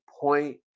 point